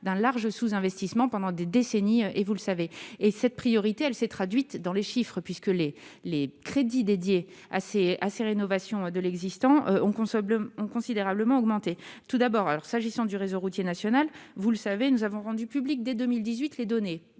d'un large sous-investissement pendant des décennies, et vous le savez, et cette priorité, elle s'est traduite dans les chiffres, puisque les les crédits dédiés, assez, assez, rénovation de l'existant, on consomme ont considérablement augmenté, tout d'abord, alors s'agissant du réseau routier national, vous le savez, nous avons rendu public dès 2018 les données